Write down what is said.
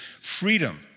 freedom